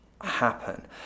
happen